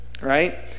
right